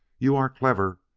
you are clever,